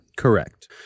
Correct